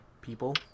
people